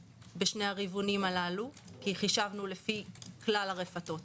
אבל הם החזקים כי הם יושבים על הגדר, לא אנחנו.